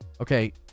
Okay